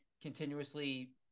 continuously